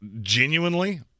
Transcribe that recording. genuinely